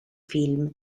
film